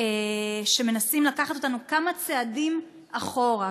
שמנסים לקחת אותנו כמה צעדים אחורה.